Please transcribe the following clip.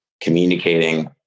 communicating